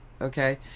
Okay